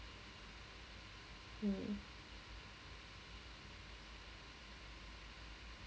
hmm